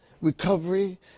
recovery